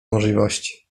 możliwości